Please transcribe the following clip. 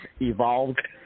evolved